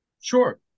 Sure